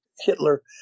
Hitler